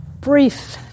brief